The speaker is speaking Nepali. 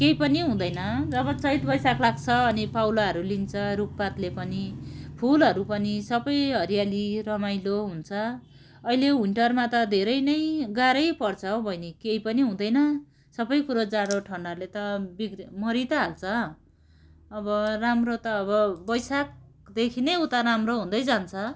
केही पनि हुँदैन जब चैत वैशाख लाग्छ अनि पौलाहरू लिन्छ रूख पातले पनि फुलहरू पनि सबै हरियाली रमाइलो हुन्छ अहिले विन्टरमा त धेरै नै गाह्रै पर्छौ बहिनी केही पनि हुँदैन सबै कुरो जाडो ठन्डाले त बिग्री मरी त हाल्छ अब राम्रो त अब वैशाखदेखि नै उता राम्रो हुँदै जान्छ